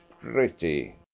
pretty